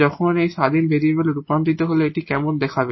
যখন এই ইন্ডিপেন্ডেট ভেরিয়েবলে রূপান্তরিত হলে এটি কেমন দেখাবে